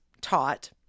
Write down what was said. taught